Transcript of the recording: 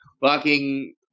walking